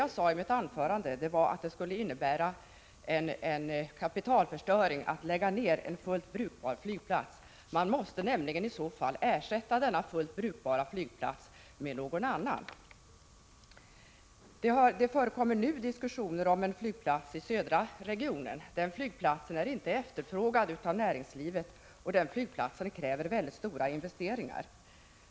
Jag sade i mitt anförande att det skulle innebära kapitalförstöring att lägga ned en fullt brukbar och efterfrågad flygplats. I så fall måste man nämligen ersätta denna flygplats med någon annan. Det förekommer nu diskussioner om en flygplats i södra regionen. Den flygplatsen är inte efterfrågad av näringslivet, och den kräver för trafikflyg mycket stora investeringar.